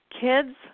kids